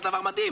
זה דבר מדהים,